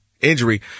injury